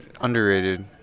underrated